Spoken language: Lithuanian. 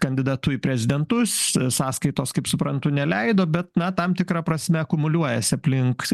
kandidatu į prezidentus sąskaitos kaip suprantu neleido bet na tam tikra prasme akumuliuojasi aplink